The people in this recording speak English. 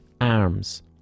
arms